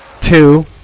Two